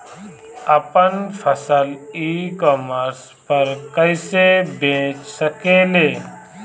आपन फसल e commerce पर कईसे बेच सकिले?